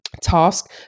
task